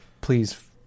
please